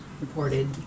reported